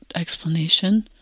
explanation